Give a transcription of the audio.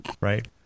right